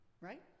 right